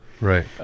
right